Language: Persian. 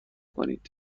کنید